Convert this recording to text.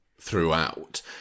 throughout